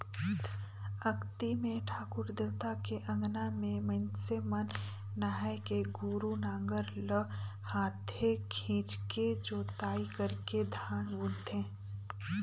अक्ती मे ठाकुर देवता के अंगना में मइनसे मन नहायके गोरू नांगर ल हाथे खिंचके जोताई करके धान बुनथें